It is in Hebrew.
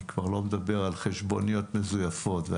אני לא מדבר על חשבוניות מזויפות.